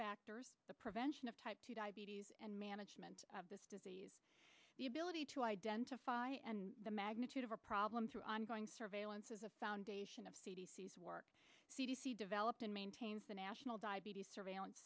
factors the prevention of type two diabetes and management of this disease the ability to identify and the magnitude of our problem through ongoing surveillance as a foundation of work c d c developed and maintains the national diabetes surveillance